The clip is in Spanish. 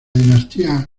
dinastía